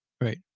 right